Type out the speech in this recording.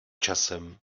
časem